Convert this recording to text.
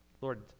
Lord